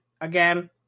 again